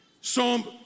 Psalm